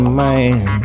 man